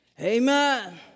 Amen